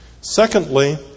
Secondly